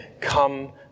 Come